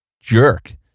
jerk